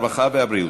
הרווחה והבריאות.